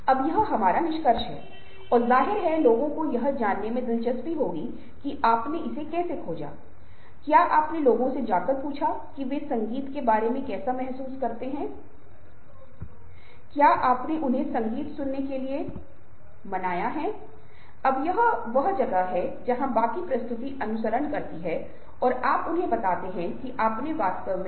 ऐसा क्यों है क्योंकि यह सिर्फ तथ्य और आंकड़े नहीं हैं जो इस बात पर निर्भर करते हैं कि आप इन तथ्यों और आंकड़ों को प्रस्तुत करते हैं बल्कि एक महत्वपूर्ण सीमा तक भी मायने रखते हैं और यह वह जगह है जहाँ आँकड़ों और चीजों को प्रदर्शित करने का दृश्य आयाम बहुत महत्वपूर्ण भूमिका निभाता है